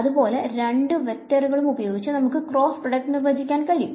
അതുപോലെ ഈ രണ്ടും വെക്ടറുകളും ഉപയോഗിച്ചു നമുക്ക് ക്രോസ്സ് പ്രോഡക്റ്റ് നിർവചിക്കാൻ കഴിയും